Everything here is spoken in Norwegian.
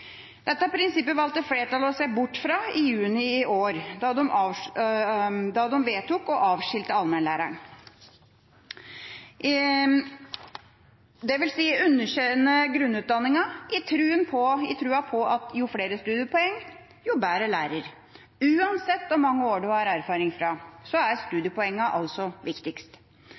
Dette prinsippet valgte flertallet å se bort fra i juni i år, da de vedtok å avskilte allmennlæreren, dvs. underkjenne grunnutdanninga i troen på at jo flere studiepoeng, jo bedre lærer. Uansett hvor mange år en har erfaring fra, er